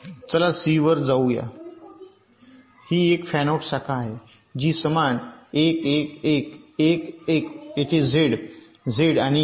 चला सी वर जाऊ या ही एक फॅनआउट शाखा आहे जी समान 1 1 1 1 1 येथे झेड झेड आणि ही असेल